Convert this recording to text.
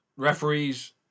referees